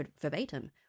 verbatim